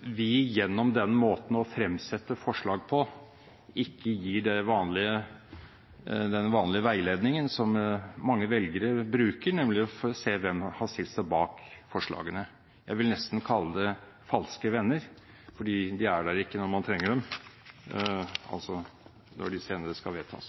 vi gjennom den måten å fremsette forslag på ikke gir den vanlige veiledningen som mange velgere bruker for å se hvem som har stilt seg bak forslagene. Jeg vil nesten kalle det falske venner, for de er der ikke når man trenger dem, altså når forslagene senere skal vedtas.